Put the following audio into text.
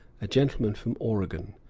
a gentleman from oregon.